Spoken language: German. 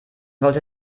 sollte